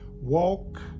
Walk